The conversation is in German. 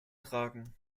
tragen